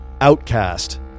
Outcast